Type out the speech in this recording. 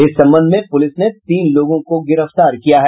इस संबंध में पुलिस तीन लोगों को गिरफ्तार किया है